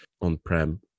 on-prem